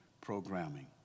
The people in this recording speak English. programming